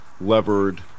levered